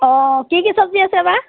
অঁ কি কি চবজি আছে বা